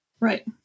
Right